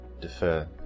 defer